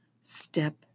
step